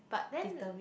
but then